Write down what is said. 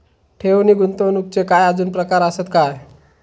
ठेव नी गुंतवणूकचे काय आजुन प्रकार आसत काय?